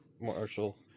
Marshall